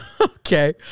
Okay